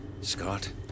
Scott